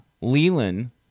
Leland